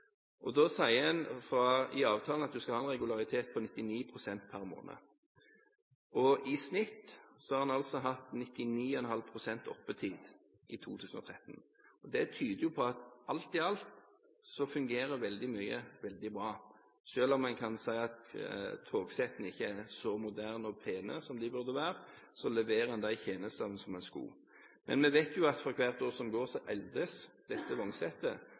Da sier en i avtalen at en skal ha en regularitet på 99 pst. per måned. I snitt har en hatt 99,5 pst. oppetid i 2013. Det tyder jo på at alt i alt fungerer veldig mye veldig bra. Selv om en kan si at togsettene ikke er så moderne og pene som de burde være, leverer en de tjenestene som en skal. Men vi vet jo at for hvert år som går, eldes dette